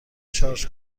شارژ